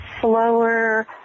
slower